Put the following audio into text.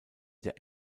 der